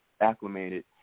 acclimated